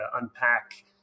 unpack